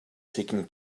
taking